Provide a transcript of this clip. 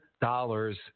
dollars